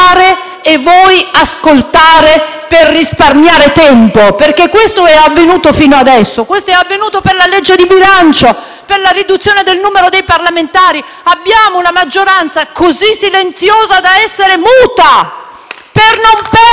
e voi ascoltare per risparmiare tempo, perché questo è avvenuto fino adesso. È avvenuto per la legge di bilancio e per la riduzione del numero dei parlamentari. Abbiamo una maggioranza così silenziosa da essere muta per non perdere